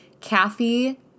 Kathy